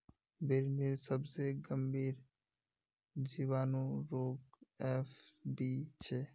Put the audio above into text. बिर्निर सबसे गंभीर जीवाणु रोग एफ.बी छे